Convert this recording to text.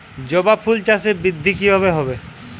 জবা ফুল চাষে বৃদ্ধি কিভাবে হবে?